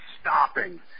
stopping